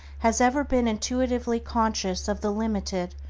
has ever been intuitively conscious of the limited,